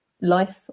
life